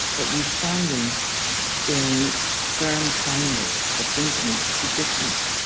but responding in firm kindness? but things need to be different.